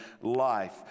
life